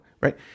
Right